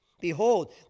Behold